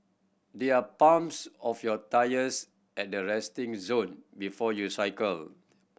there are pumps of your tyres at the resting zone before you cycle